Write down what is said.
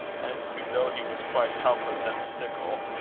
and who, though he was quite helpless at the sickle,